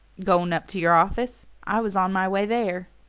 going up to your office? i was on my way there.